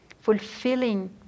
fulfilling